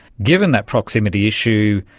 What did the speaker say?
given that proximity issue,